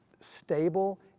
stable